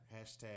hashtag